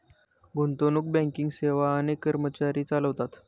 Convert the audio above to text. गुंतवणूक बँकिंग सेवा अनेक कर्मचारी चालवतात